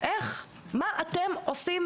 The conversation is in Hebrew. מה אתם עושים